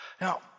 Now